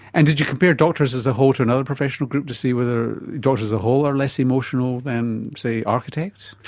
and did you compare doctors as a whole to another professional group to see whether doctors as a whole are less emotional than, say, architects?